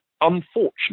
unfortunate